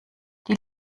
die